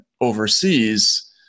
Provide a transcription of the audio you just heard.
overseas